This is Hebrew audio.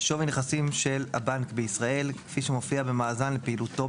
שווי נכסים של הבנק בישראל כפי שמופיע במאזן לפעילותו